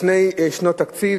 לפני תקציב,